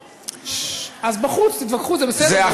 אז בחוץ תתווכחו, זה בסדר.